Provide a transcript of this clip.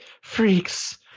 Freaks